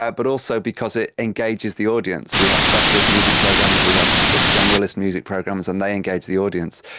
yeah but also because it engages the audience, we have specialist music programs, we have sort of generalist music programs and they engage the audience.